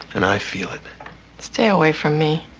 and i feel it stay away from me.